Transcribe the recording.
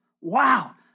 wow